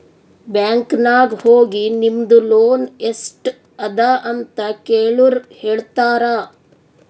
bank ನಾಗ್ ಹೋಗಿ ನಿಮ್ದು ಲೋನ್ ಎಸ್ಟ್ ಅದ ಅಂತ ಕೆಳುರ್ ಹೇಳ್ತಾರಾ